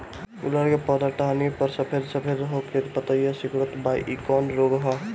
गुड़हल के पधौ के टहनियाँ पर सफेद सफेद हो के पतईया सुकुड़त बा इ कवन रोग ह?